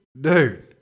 Dude